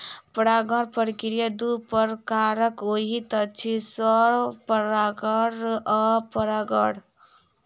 परागण प्रक्रिया दू प्रकारक होइत अछि, स्वपरागण आ परपरागण